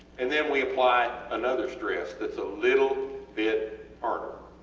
and then we apply another stress thats a little bit harder